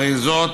אריזות,